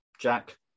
Jack